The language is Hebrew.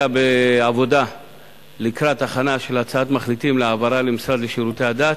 בעבודה לקראת הכנה של הצעת מחליטים להעברה למשרד לשירותי הדת.